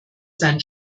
sein